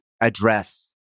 address